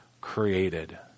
created